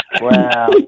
Wow